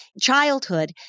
childhood